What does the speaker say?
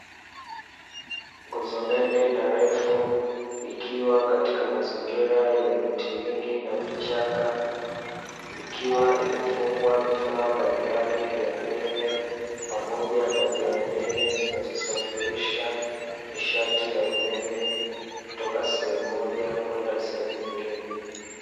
Nguzo nene na refu, ikiwa katika mazingira yenye miti mingi na vichaka, ikiwa imefungwa vifaa mbalimbali vya umeme, pamoja na nyaya nene zinazosafirisha nishati ya umeme kutoka sehemu moja kwenda sehemu nyingine.